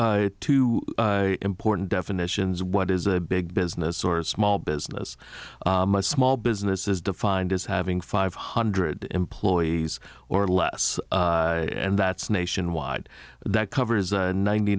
there's two important definitions what is a big business or small business a small business is defined as having five hundred employees or less and that's nationwide that covers ninety